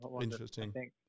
interesting